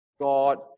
God